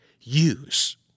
Use